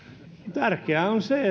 tärkeää on se